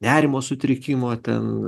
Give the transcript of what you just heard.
nerimo sutrikimo ten